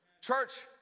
Church